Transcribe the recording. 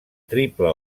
triple